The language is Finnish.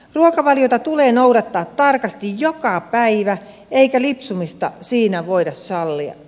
ruokavaliota tulee noudattaa tarkasti joka päivä eikä lipsumista siinä voida sallia